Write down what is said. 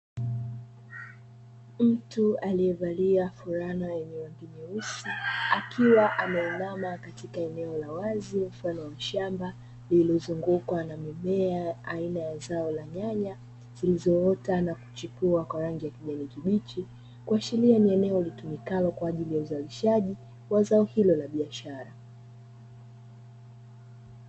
Mtu aliyevalia fulana yenye rangi nyeusi akiwa ameinama katika eneo la wazi mfano wa shamba lililozungukwa na mimea mfano wa nyanya zilizoota na kuchipua kwa rangi ya kijani kibichi, kuashiria ni eneo litumikalo kwa ajili ya uzalishaji wa zao hilo la biashara.